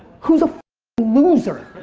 who's a loser.